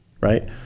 Right